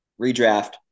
redraft